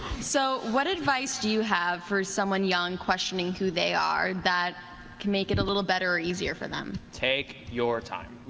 so what advice do you have for someone young questioning who they are that can make it a little better or easier for them? take your time.